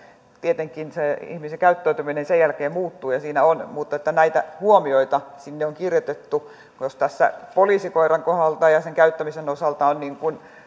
tietenkin se ihmisen käyttäytyminen sen jälkeen muuttuu ja siinä sitä on mutta näitä huomioita sinne on kirjoitettu myös tässä poliisikoiran kohdalla ja sen käyttämisen osalta on